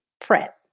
prep